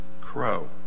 crow